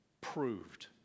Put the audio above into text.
proved